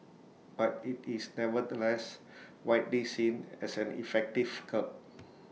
but IT is nevertheless widely seen as an effective curb